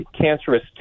cancerous